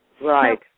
Right